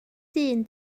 dyn